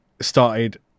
started